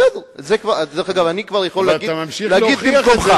בסדר, את זה אני כבר יכול להגיד במקומך.